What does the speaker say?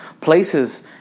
places